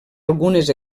algunes